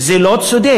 זה לא צודק.